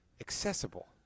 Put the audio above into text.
accessible